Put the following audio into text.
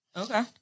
Okay